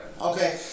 Okay